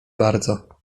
bardzo